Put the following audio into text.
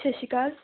ਸਤਿ ਸ਼੍ਰੀ ਅਕਾਲ